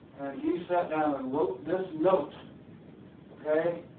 and he sat down and wrote this note okay